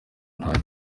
nta